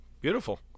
Beautiful